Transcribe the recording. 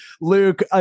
Luke